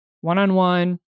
one-on-one